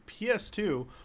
PS2